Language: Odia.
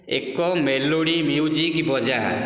ଏକ ମେଲୋଡି ମ୍ୟୁଜିକ୍ ବଜା